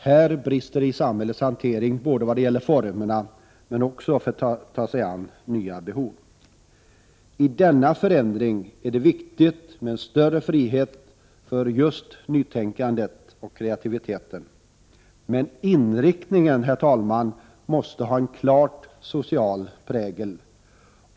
Här brister det i samhällets hantering vad det gäller formerna men också i fråga om att ta sig an nya behov. I denna förändring är det viktigt med en större frihet för just nytänkande och kreativitet. Men inriktningen, herr talman, måste ha en klart social prägel.